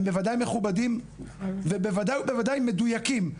אבל הם בוודאי מכובדים ובוודאי ובוודאי מדויקים.